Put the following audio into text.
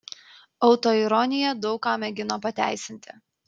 autoironija daug ką mėgina pateisinti